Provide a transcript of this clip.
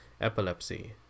epilepsy